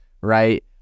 right